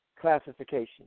classification